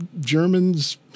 Germans